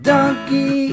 Donkey